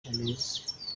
jeunesse